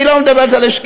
היא לא מדברת על השקיפות,